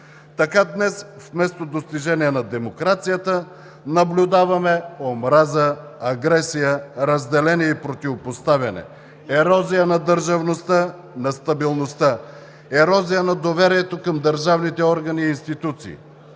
Така днес, вместо достижения на демокрацията, наблюдаваме омраза, агресия, разделение и противопоставяне, ерозия на държавността, на стабилността, ерозия на доверието към държавните органи и институции,